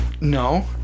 No